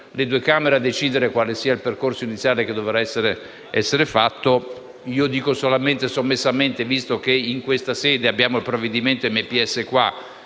le due Camere a decidere quale sia il percorso iniziale che dovrà essere fatto. Dico solamente e sommessamente che, visto che in questa sede abbiamo il provvedimento sul